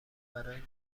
برای